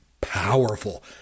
powerful